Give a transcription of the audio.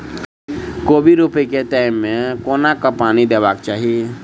कोबी रोपय केँ टायम मे कोना कऽ पानि देबाक चही?